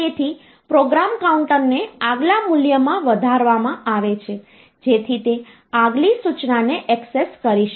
તેથી પ્રોગ્રામ કાઉન્ટરને આગલા મૂલ્યમાં વધારવામાં આવે છે જેથી તે આગલી સૂચનાને ઍક્સેસ કરી શકે